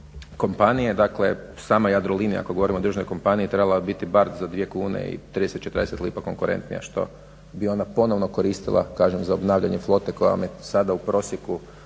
Dakle, sama Jadrolinija ako govorim o državnoj kompaniji trebala bi biti bar za dvije kune i 30, 40 lipa konkurentnija što bi ona ponovno koristila kažem za obnavljanje flote koja vam je sada u prosjeku